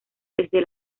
desde